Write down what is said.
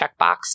checkbox